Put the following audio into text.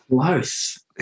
Close